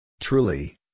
Truly